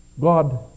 God